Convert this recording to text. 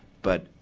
but,